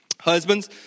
husbands